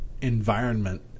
environment